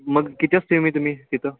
मग मी तुम्ही तिथं